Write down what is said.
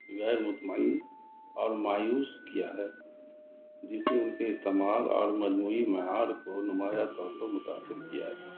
غیر مطمئن اور مایوس کیا ہے جس نے ان کے استعمال اور مجموعی معیار کو نمایاں طور پر متاثر کیا ہے